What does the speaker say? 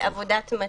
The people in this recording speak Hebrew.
לא.